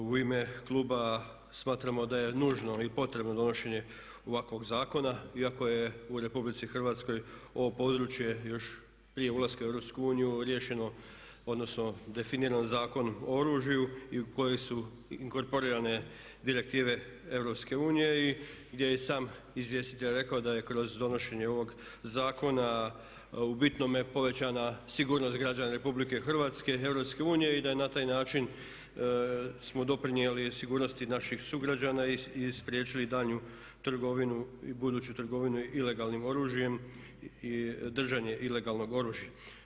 U ime kluba smatramo da je nužno i potrebno donošenje ovakvog zakona iako je u RH ovo područje još prije ulaska u EU riješeno odnosno definirano Zakonom o oružju i u koji su inkorporirane direktive EU i gdje je i sam izvjestitelj rekao da je kroz donošenje ovog zakona u bitnome povećana sigurnost građana Republike Hrvatske i EU i da na taj način smo doprinijeli sigurnosti naših sugrađana i spriječili daljnju trgovinu i buduću trgovinu ilegalnim oružjem i držanje ilegalnog oružja.